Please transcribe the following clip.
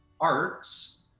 Arts